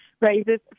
raises